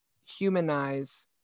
humanize